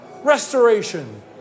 Restoration